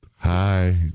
Hi